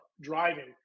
driving